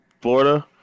Florida